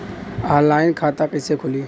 Online खाता कइसे खुली?